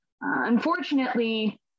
Unfortunately